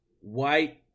white